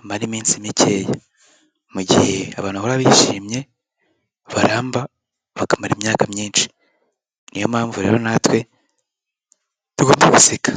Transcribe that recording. amara iminsi mikeya, mu gihe abantu bahora bishimye baramba bakamara imyaka myinshi, ni yo mpamvu rero natwe tugomba guseka.